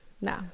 no